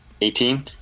Eighteen